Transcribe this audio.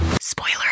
Spoiler